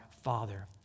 father